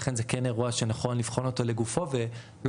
לכן זה כן אירוע שנכון לבחון אותו לגופו ולא